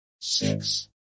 six